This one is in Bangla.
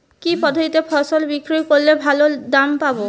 কি পদ্ধতিতে ফসল বিক্রি করলে ভালো দাম পাব?